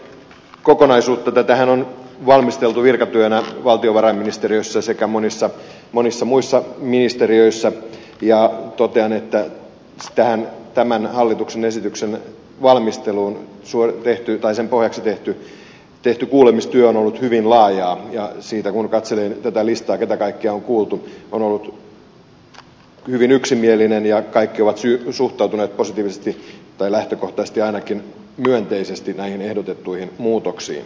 tuota kokonaisuuttahan on valmisteltu virkatyönä valtiovarainministeriössä sekä monissa muissa ministeriöissä ja totean että tämän hallituksen esityksen valmistelun pohjaksi tehty kuulemistyö on ollut hyvin laajaa ja kun siitä katselee tätä listaa keitä kaikkia on kuultu se on ollut hyvin yksimielinen ja kaikki ovat suhtautuneet positiivisesti tai lähtökohtaisesti ainakin myönteisesti näihin ehdotettuihin muutoksiin